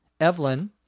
Evelyn